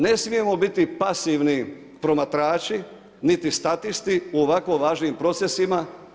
Ne smijemo biti pasivni promatrači niti statisti u ovako važnim procesima.